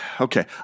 okay